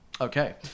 Okay